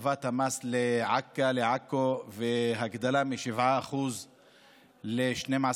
הטבת המס לעכא, לעכו, והגדלה מ-7% ל-12%,